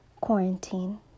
quarantine